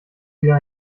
wieder